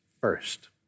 first